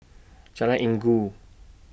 Jalan Inggu